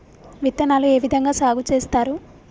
విత్తనాలు ఏ విధంగా సాగు చేస్తారు?